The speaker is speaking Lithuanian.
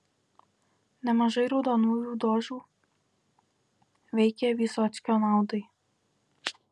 nemažai raudonųjų dožų veikė vysockio naudai